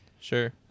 Sure